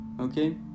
okay